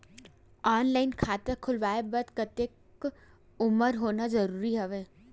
Online खाता खुलवाय बर कतेक उमर होना जरूरी हवय?